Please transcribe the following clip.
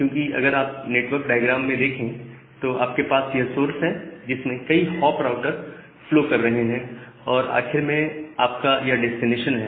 क्योंकि अगर आप नेटवर्क डायग्राम में देखें तो आपके पास यह सोर्स है जिसे कई हॉप राउटर्स फॉलो कर रहे हैं और आखिर में यह आपका डेस्टिनेशन है